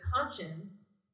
conscience